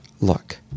Look